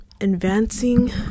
advancing